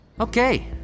Okay